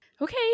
okay